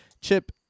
Chip